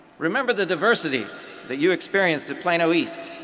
remember the diversity that you experienced at plano east.